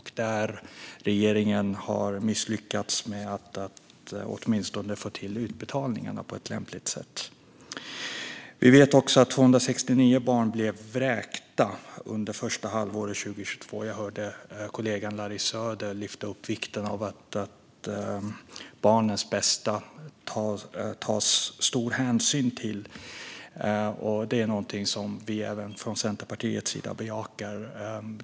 Där har regeringen misslyckats åtminstone med att få till utbetalningarna på ett lämpligt sätt. Vi vet också att 269 barn blev vräkta under första halvåret 2022. Jag hörde kollegan Larry Söder lyfta fram vikten av att det tas stor hänsyn till barnens bästa. Det är någonting som även vi från Centerpartiet bejakar.